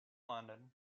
london